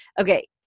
Okay